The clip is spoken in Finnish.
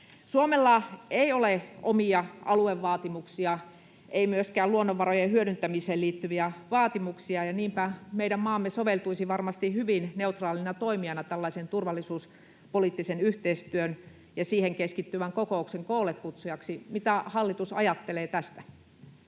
Suomella ei ole omia aluevaatimuksia, ei myöskään luonnonvarojen hyödyntämiseen liittyviä vaatimuksia, ja niinpä meidän maamme soveltuisi varmasti hyvin neutraalina toimijana tällaisen turvallisuuspoliittisen yhteistyön ja siihen keskittyvän kokouksen koollekutsujaksi. Mitä hallitus ajattelee tästä?